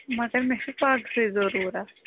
مگر مےٚ چھُ پَگٕے ضروٗرتھ